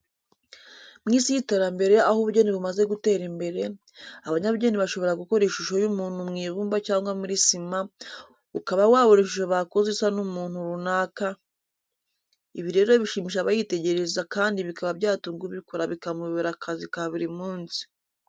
Mu Isi y'iterambere aho ubugeni bumaze gutera imbere, abanyabugeni bashobora gukora ishusho y'umuntu mu ibumba cyangwa muri sima, ukaba wabona ishusho bakoze isa n'umuntu runaka. Ibi rero bishimisha abayitegereza kandi bikaba byatunga ubikora bikamubera akazi ka buri munsi.